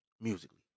musically